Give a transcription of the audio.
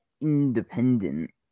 independent